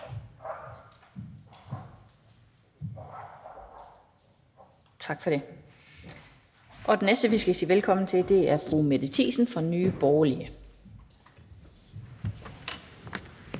bemærkninger. Og den næste, vi skal sige velkommen til, er fru Mette Thiesen fra Nye Borgerlige.